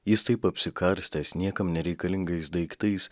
jis taip apsikarstęs niekam nereikalingais daiktais